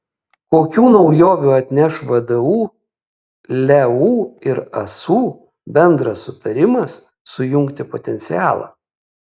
kokių naujovių atneš vdu leu ir asu bendras sutarimas sujungti potencialą